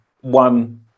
one